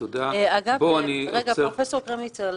פרופסור קרמניצר.